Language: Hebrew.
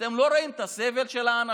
אתם לא רואים את הסבל של האנשים?